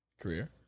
career